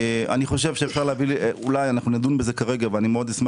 אנחנו נדון בזה כרגע ואני מאוד אשמח